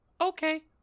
Okay